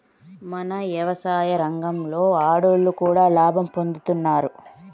మన యవసాయ రంగంలో ఆడోళ్లు కూడా లాభం పొందుతున్నారు